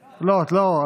לא, את לא.